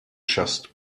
just